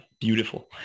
beautiful